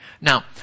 now